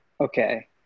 okay